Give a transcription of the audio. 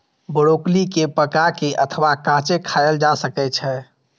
broccoli कें पका के अथवा कांचे खाएल जा सकै छै